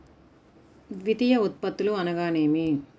ద్వితీయ ఉత్పత్తులు అనగా నేమి?